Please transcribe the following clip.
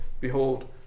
Behold